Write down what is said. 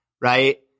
right